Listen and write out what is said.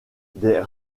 des